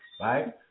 Right